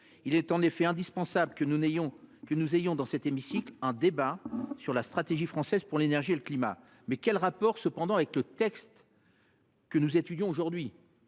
Il est en effet indispensable qu’ait lieu dans cet hémicycle un débat sur la stratégie française pour l’énergie et le climat. Toutefois, quel rapport avec le texte que nous étudions aujourd’hui ?